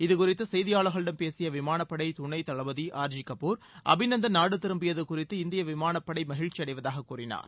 இதுகுறித்து செய்தியாளர்களிடம் பேசிய விமானப்படை துணை தளபதி ஆர் ஜி கபூர் அபிநந்தன் நாடு திரும்பியது குறித்து இந்திய விமானப்படை மகிழ்ச்சி அடைவதாகக் கூறினார்